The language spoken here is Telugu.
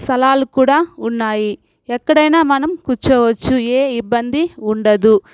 స్థలాలు కూడా ఉన్నాయి ఎక్కడైనా మనం కూర్చోవచ్చు ఏ ఇబ్బంది ఉండదు